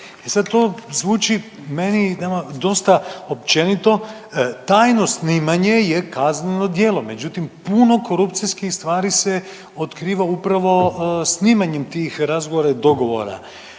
sad to zvuči meni dosta općenito. Tajno snimanje je kazneno djelo, međutim puno korupcijskih stvari se otkriva upravo snimanjem tih razgovora i dogovora.